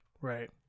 Right